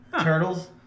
turtles